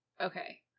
Okay